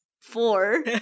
four